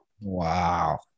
Wow